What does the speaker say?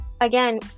Again